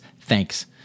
Thanks